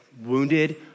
wounded